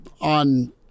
on –